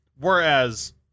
Whereas